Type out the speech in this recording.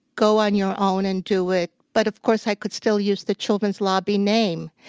go on your own and do it. but of course, i could still use the children's lobby name.